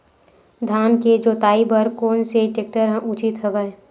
धान के जोताई बर कोन से टेक्टर ह उचित हवय?